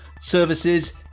services